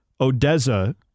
Odessa